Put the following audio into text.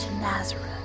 Nazareth